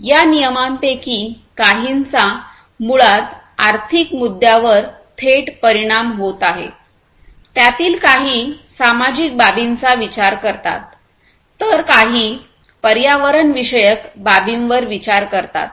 या नियमांपैकी काहींचा मुळात आर्थिक मुद्द्यांवर थेट परिणाम होत आहे त्यातील काही सामाजिक बाबींचा विचार करतात तर् काही पर्यावरणविषयक बाबींवर विचार करतात